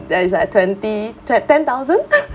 there is like twenty te~ ten thousand